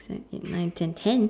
seven eight nine ten ten